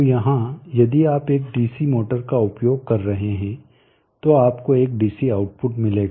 तो यहाँ यदि आप एक डीसी मोटर का उपयोग कर रहे हैं तो आपको एक डीसी आउटपुट मिलेगा